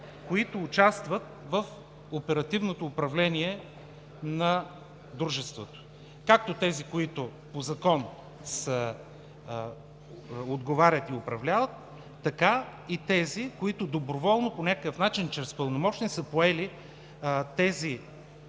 които участват в оперативното управление на дружеството – както тези, които по Закон отговарят и управляват, така и тези, които доброволно по някакъв начин чрез пълномощници са поели тези